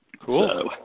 Cool